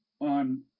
on